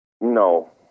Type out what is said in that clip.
No